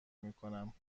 میکنم